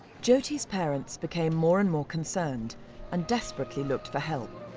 jyoti's parents became more and more concerned and desperately looked for help.